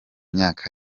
myaka